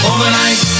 Overnight